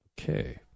Okay